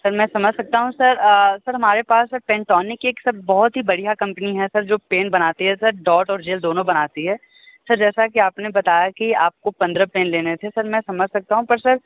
sir मैं समझ सकता हूँ सर सर हमारे पास पेन्टोनीक एक बहुत ही बढ़िया कंपनी है सर जो पेन बनाती है सर डॉट और जेल दोनों बनाती है सर जैसा की आपने बताया की आपको पंद्रह पेन लेने थे सर मैं समझ सकता हूँ पर सर